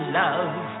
love